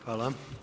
Hvala.